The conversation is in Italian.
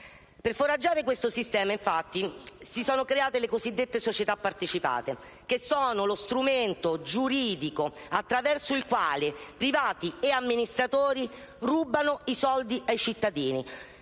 Per foraggiare questo sistema, infatti, si sono create le cosiddette società partecipate, che sono lo strumento giuridico attraverso il quale privati e amministratori rubano i soldi ai cittadini.